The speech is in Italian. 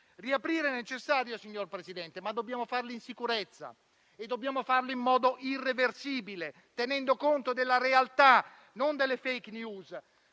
signor Presidente, ma dobbiamo farlo in sicurezza e in modo irreversibile, tenendo conto della realtà e non delle *fake news*.